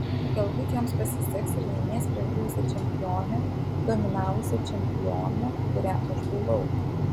galbūt joms pasiseks ir laimės prieš buvusią čempionę dominavusią čempionę kuria aš buvau